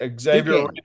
Xavier